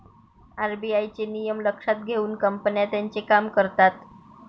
RBI चे नियम लक्षात घेऊन कंपन्या त्यांचे काम करतात